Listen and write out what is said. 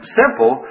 simple